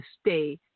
stay